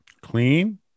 Clean